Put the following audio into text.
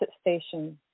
station